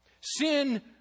Sin